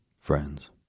friends